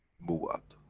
move out,